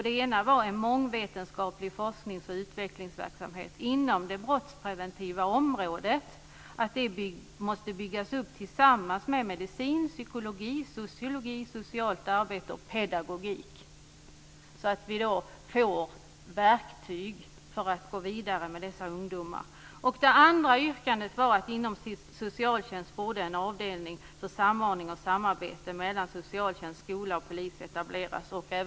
Det ena gällde att en mångvetenskaplig forsknings och utvecklingsverksamhet inom det brottspreventiva området måste byggas upp tillsammans med medicin, psykologi, sociologi, socialt arbete och pedagogik, så att vi får verktyg för att gå vidare med dessa ungdomar. Det andra yrkandet gällde att en avdelning för samordning och samarbete mellan socialtjänst, skola och polis borde etableras inom socialtjänsten.